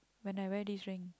when I wear this ring